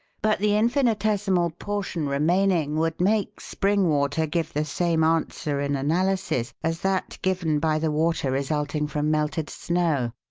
but the infinitesimal portion remaining would make spring water give the same answer in analysis as that given by the water resulting from melted snow.